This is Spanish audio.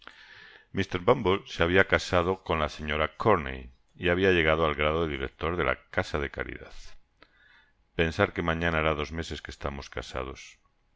mr bumble se habia casado con la señora corney y habia llegado al grado de director de la casa de caridad pensar que mañana hará dos meses que estamos casados